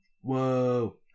Whoa